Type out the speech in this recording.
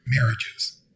marriages